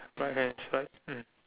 right hand right mm